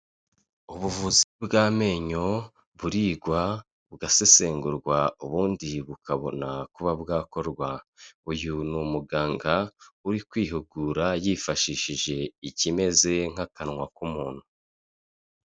Ubuvuzi bw'amenyo burigwa,, bugasesengurwa ubundi bukabona kuba bwakorwa. Uyu ni umuganga uri kwihugura, yifashishije ikimeze nk'akanwa k'umuntu.